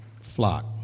flock